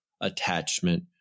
attachment